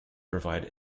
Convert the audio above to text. provide